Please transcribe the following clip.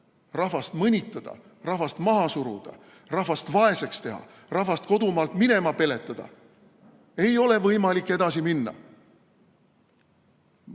rahvast mõnitada, rahvast maha suruda, rahvast vaeseks teha, rahvast kodumaalt minema peletada – nii ei ole võimalik edasi minna.